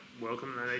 welcome